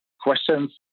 questions